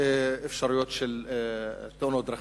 אפשרויות של תאונות דרכים.